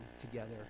together